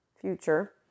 future